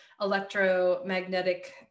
electromagnetic